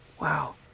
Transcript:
Wow